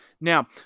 Now